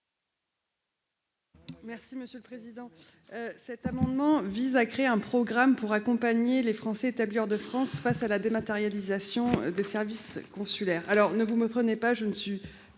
Mme Mélanie Vogel. Cet amendement vise à créer un programme pour accompagner les Français établis hors de France face à la dématérialisation des services consulaires. Ne vous méprenez pas, je ne suis